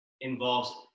involves